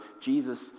Jesus